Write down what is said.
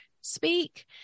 speak